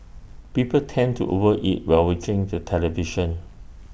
people tend to over eat while watching the television